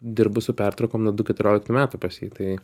dirbu su pertraukom nuo du keturioliktų metų pas jį tai